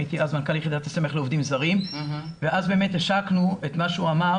הייתי אז מנכ"ל יחידת הסמך לעובדים זרים ואז באמת השקנו את מה שהוא אמר